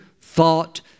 thought